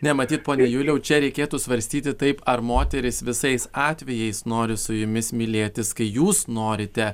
ne matyt pone juliau čia reikėtų svarstyti taip ar moterys visais atvejais nori su jumis mylėtis kai jūs norite